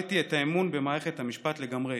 איבדתי את האמון במערכת המשפט לגמרי.